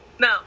no